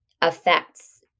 affects